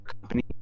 company